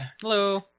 Hello